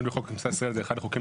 חוק הכניסה לישראל הוא אחד החוקים